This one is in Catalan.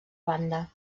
banda